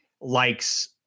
likes